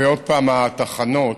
עוד פעם, לגבי התחנות,